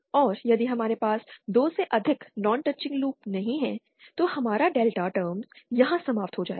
और यदि हमारे पास 2 से अधिक नॉन टचिंग लूप नहीं हैं तो हमारा डेल्टा टर्म्स यहां समाप्त हो जाएगा